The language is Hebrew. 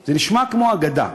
זה נשמע כמו אגדה.